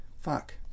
fuck